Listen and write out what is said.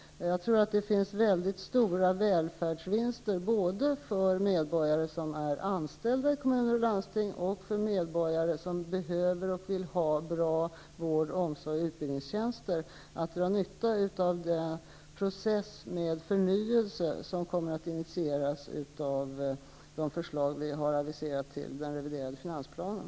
Jag tror att det finns mycket stora välfärdsvinster för medborgare som är anställda i kommuner och landsting och för medborgare som behöver och vill ha bra vård-, omsorgs och utbildningstjänster. De kommer att dra nytta av den process med förnyelse som kommer att initieras av de förslag regeringen har aviserat till den reviderade finansplanen.